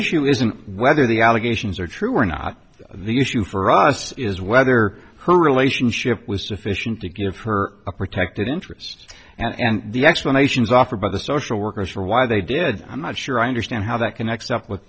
issue isn't whether the allegations are true or not the issue for us is whether her relationship was sufficient to give her a protected interest and the explanations offered by the social workers for why they did i'm not sure i understand how that connects up with